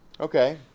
okay